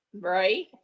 Right